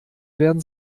werden